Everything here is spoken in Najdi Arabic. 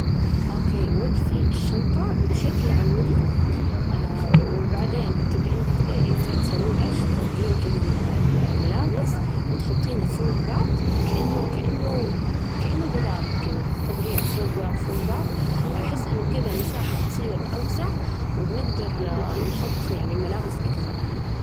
أوكي، وقفي الشنطة بشكل عمودي، وبعدين تبدأين ت تسوين إيش؟ تطبجين كده ال ال الملابس وتحطينها فوق بعض كأنه كأنه كأنه دولاب كده، طابقينها فوق بعض فوق بعض ، أحس إنه كده المساحة تصير أوسع وبنجدر نحط يعني ملابس أكثر.